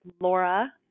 Laura